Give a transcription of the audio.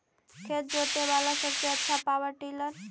खेत जोते बाला सबसे आछा पॉवर टिलर?